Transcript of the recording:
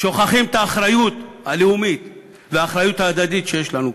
שוכחים את האחריות הלאומית והאחריות ההדדית שיש לנו כאן,